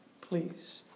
Please